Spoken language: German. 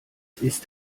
ist